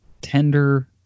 tender